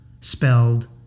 spelled